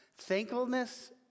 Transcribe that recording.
Thankfulness